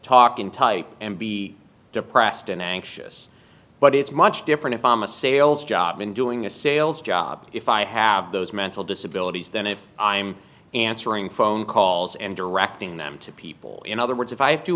talking type and be depressed and anxious but it's much different if i'm a sales job and doing a sales job if i have those mental disabilities than if i'm answering phone calls and directing them to people in other words if i have t